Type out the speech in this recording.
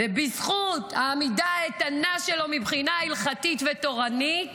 ובזכות העמידה האיתנה שלו מבחינה הלכתית ותורנית